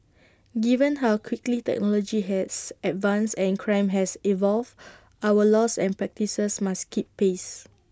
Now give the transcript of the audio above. given how quickly technology has advanced and crime has evolved our laws and practices must keep pace